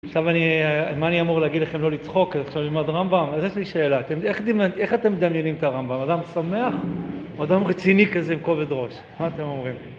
עכשיו אני... מה אני אמור להגיד לכם? לא לצחוק? עכשיו נלמד רמב״ם? אז יש לי שאלה. איך אתם מדמיינים את הרמב״ם? אדם שמח או אדם רציני כזה עם כובד ראש? מה אתם אומרים?